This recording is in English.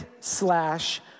slash